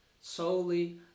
Solely